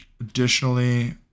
additionally